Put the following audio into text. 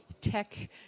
tech